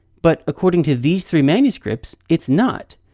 but, according to these three manuscripts, it's not.